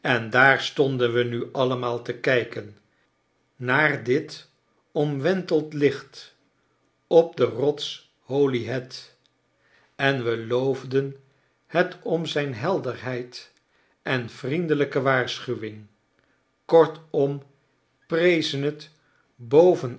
en daar stonden we nu allemaaltekijkennaar dit omwentelend licht op de rots holyhead en we loofden het om zijn helderheid en vriendelijke waarschuwing kortom prezen het boven